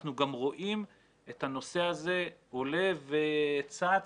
אנחנו גם רואים את הנושא הזה עולה וצץ